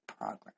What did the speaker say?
progress